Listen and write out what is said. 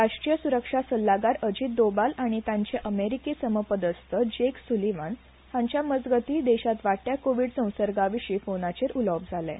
राष्ट्रीय सुरक्षा सल्लागार अजीत दोबाल आनी तांचे अमेरिकी समपदस्त जेक सुलिवान हांचे मजगतीं देशांत वाडट्या कोवीड संसर्गा विशीं फोनाचेर उलोवप जालें